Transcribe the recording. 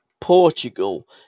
Portugal